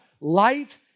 Light